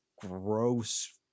gross